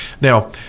Now